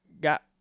got